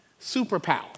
superpower